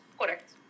correct